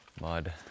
mud